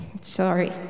sorry